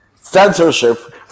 Censorship